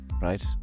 right